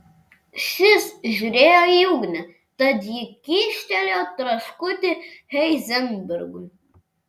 šis žiūrėjo į ugnį tad ji kyštelėjo traškutį heizenbergui